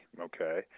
okay